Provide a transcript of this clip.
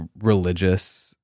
religious